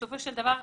בסופו של דבר,